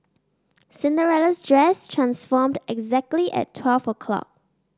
Cinderella's dress transformed exactly at twelve o'clock